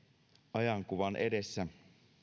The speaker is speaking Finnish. ajankuvan edessä